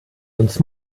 uns